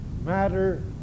matter